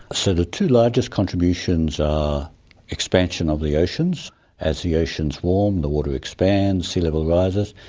so the two largest contributions are expansion of the oceans as the oceans warm, the water expands, sea-level rises,